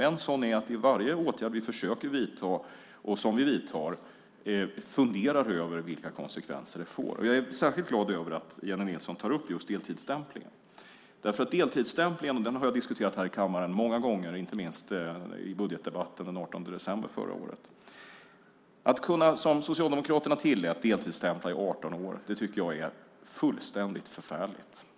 En sådan sak är att vi vid varje åtgärd som vi försöker vidta och som vi vidtar funderar över vilka konsekvenser den får. Jag är särskilt glad över att Jennie Nilsson tar upp just deltidsstämplingen. Deltidsstämplingen har jag diskuterat här i kammaren många gånger, inte minst i budgetdebatten den 18 december förra året. Att kunna deltidsstämpla under 18 år, som Socialdemokraterna tillät, är fullständigt förfärligt.